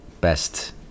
best